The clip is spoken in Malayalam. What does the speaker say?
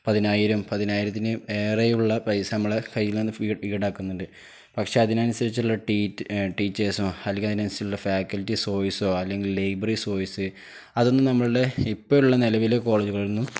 പതിനായിരം പതിനായിരത്തിന് ഏറെയുള്ള പൈസ നമ്മുടെ കയ്യിൽ നിന്ന് ഈടാക്കുന്നുണ്ട് പക്ഷെ അതിനനുസരിച്ചുള്ള ടീച്ചേഴ്സോ അല്ലെങ്കില് അതിനനുസരിച്ചുള്ള ഫാക്കൽറ്റി സോഴ്സോ അല്ലെങ്കിൽ ലൈബ്രറി സോഴ്സ് അതൊന്നും നമ്മുടെ ഇപ്പോഴുള്ള നിലവിലെ കോളേജുകളിലൊന്നും